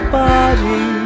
body